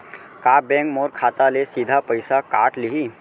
का बैंक मोर खाता ले सीधा पइसा काट लिही?